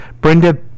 Brenda